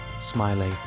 Smiley